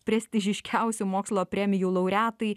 prestižiškiausių mokslo premijų laureatai